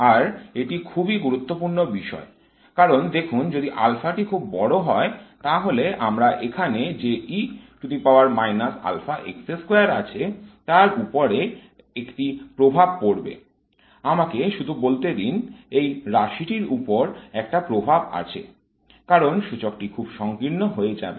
আর এটি খুবই গুরুত্বপূর্ণ বিষয় কারণ দেখুন যদি আলফা টি খুব বড় হয় তাহলে আমার এখানে যে আছে তার উপরে একটি প্রভাব পড়বে আমাকে শুধু বলতে দিন এই রাশিটির উপর এর একটা প্রভাব আছে কারণ সূচকটি খুব সংকীর্ণ হয়ে যাবে